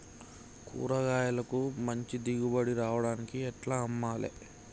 కూరగాయలకు మంచి దిగుబడి రావడానికి ఎట్ల అమ్మాలే?